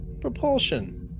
propulsion